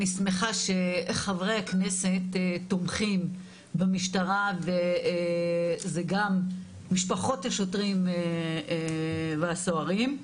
אני שמחה שחברי הכנסת תומכים במשטרה וזה גם משפחות השוטרים והסוהרים.